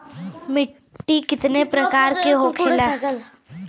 मिट्टी कितना प्रकार के होखेला?